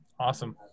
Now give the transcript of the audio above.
Awesome